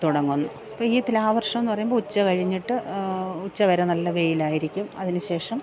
തുടങ്ങുന്നു അപ്പോൾ ഈ തുലാവര്ഷമെന്ന് പറയുമ്പോൾ ഉച്ചകഴിഞ്ഞിട്ട് ഉച്ചവരെ നല്ല വെയിലായിരിക്കും അതിനു ശേഷം